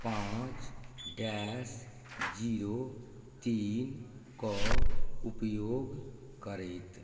पाँच dash zero तीनके उपयोग करैत